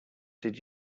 did